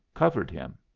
covered him.